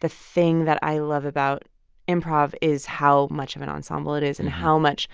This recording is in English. the thing that i love about improv is how much of an ensemble it is and how much